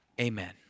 amen